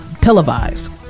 televised